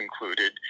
included